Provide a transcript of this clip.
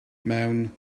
mewn